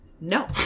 No